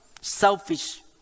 selfish